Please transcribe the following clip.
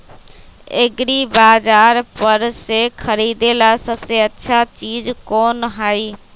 एग्रिबाजार पर से खरीदे ला सबसे अच्छा चीज कोन हई?